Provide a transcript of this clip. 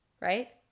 Right